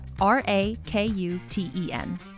R-A-K-U-T-E-N